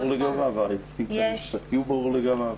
לגביו והאינסטינקט המשפטי ברור לגביו.